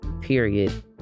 period